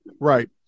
Right